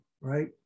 right